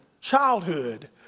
childhood